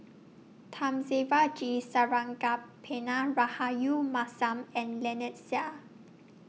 Thamizhavel G Sarangapani Rahayu Mahzam and Lynnette Seah